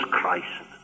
Christ